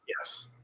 Yes